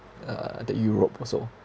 uh the europe also